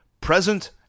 present